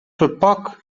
verpakt